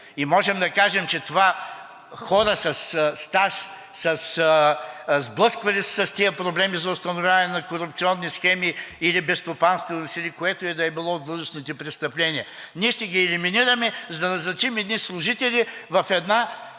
Можем да кажем, че това са хора със стаж, които са се сблъсквали с тези проблеми за установяване на корупционни схеми или безстопанственост, или което и да е било от длъжностните престъпления. Ние ще ги елиминираме, за да назначим едни служители в една